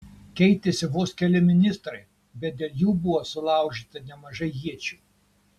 keitėsi vos keli ministrai bet dėl jų buvo sulaužyta nemažai iečių